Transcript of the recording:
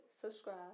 subscribe